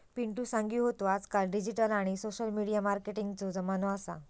पिंटु सांगी होतो आजकाल डिजिटल आणि सोशल मिडिया मार्केटिंगचो जमानो असा